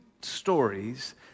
stories